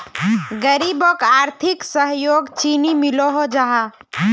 गरीबोक आर्थिक सहयोग चानी मिलोहो जाहा?